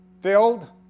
filled